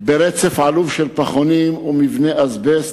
ברצף עלוב של פחונים ומבני אזבסט.